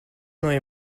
neue